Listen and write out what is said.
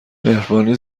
مهربانی